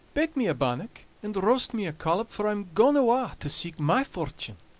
bake me a bannock, and roast me a collop, fur i'm gaun awa' to seek my fortune.